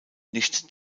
nicht